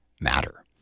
matter